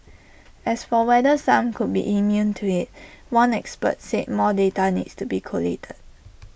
as for whether some could be immune to IT one expert said more data needs to be collated